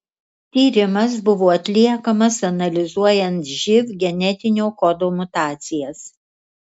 tyrimas buvo atliekamas analizuojant živ genetinio kodo mutacijas